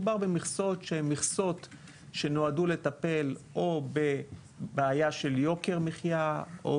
מדובר במכסות שנועדו לטפל או בבעיה של יוקר מחיה או